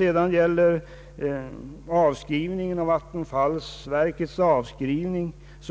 Vad gäller avskrivningarna på Vattenfalls investeringar